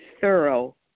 thorough